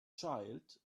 child